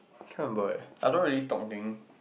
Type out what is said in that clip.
try and do it I don't really talk during